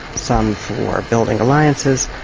some for building alliances.